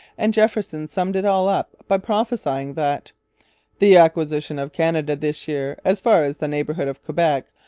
and jefferson summed it all up by prophesying that the acquisition of canada this year, as far as the neighbourhood of quebec,